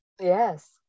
Yes